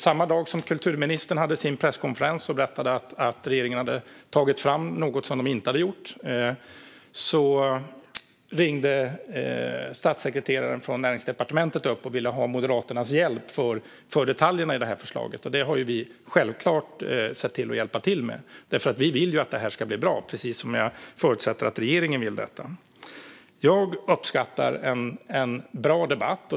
Samma dag som kulturministern hade sin presskonferens och berättade att regeringen hade tagit fram något som de inte hade gjort ringde statssekreteraren från Näringsdepartementet och ville ha Moderaternas hjälp med detaljerna i förslaget. Självklart hjälpte vi till med det, för vi vill ju att det här ska bli bra, precis som jag förutsätter att regeringen vill det. Jag uppskattar en bra debatt.